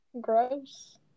Gross